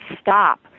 stop